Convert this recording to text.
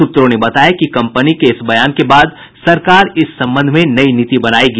सूत्रों ने बताया कि कंपनी के इस बयान के बाद सरकार इस संबंध में नई नीति बनायेगी